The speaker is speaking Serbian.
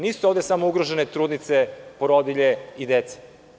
Nisu ovde samo ugrožene trudnice, porodilje i deca.